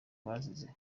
bazize